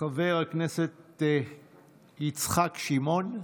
חבר הכנסת יצחק שמעון.